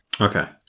Okay